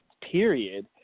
period